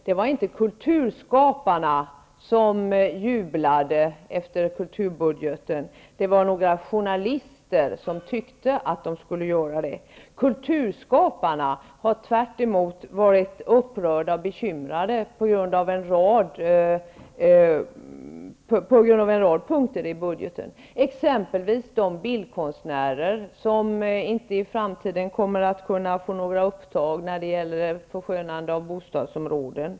Det var inte kulturskaparna som jublade efter kulturbudgetens offentliggörande, utan det var några journalister som tyckte att de borde göra det. Kulturskaparna har tvärtom varit upprörda och bekymrade på grund av en rad punkter i budgeten, exempelvis de bildkonstnärer som i framtiden inte kommer att kunna få några uppdrag för förskönande av bostadsområden.